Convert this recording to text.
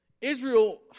israel